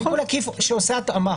תיקון עקיף שעושה התאמה.